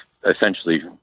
Essentially